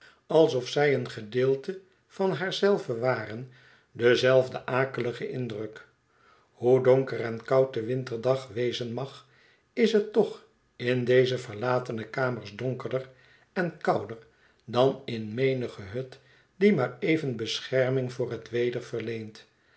alsof zij een gedeelte van haar zelve waren denzelfden akeligen indruk hoe donker en koud de winterdag wezen mag is het toch in deze verlatene kamers donkerder en kouder dan in menige hut die maar even bescherming voor het weder verleent